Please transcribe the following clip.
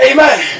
Amen